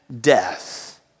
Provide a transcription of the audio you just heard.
death